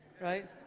right